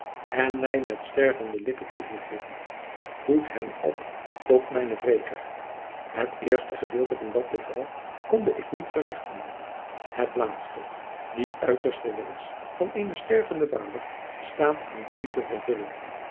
en mij met stervende lippen toevoegde voed hem op tot mijnen wreker het eerste gedeelte jacob van lennep de pleegzoon van dat bevel konde ik niet verrichten het laatste die uiterste wensch van eenen stervenden vader staat aan u te vervullen